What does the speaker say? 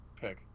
pick